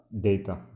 data